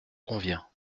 convient